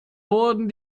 wurden